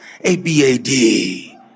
a-b-a-d